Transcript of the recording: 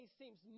seems